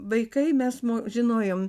vaikai mes žinojome